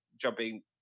jumping